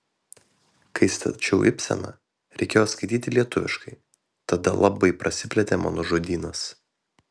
kai stačiau ibseną reikėjo skaityti lietuviškai tada labai prasiplėtė mano žodynas